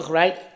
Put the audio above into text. right